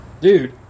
dude